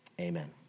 Amen